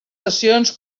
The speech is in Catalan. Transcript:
sessions